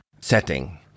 setting